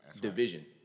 division